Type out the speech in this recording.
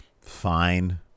fine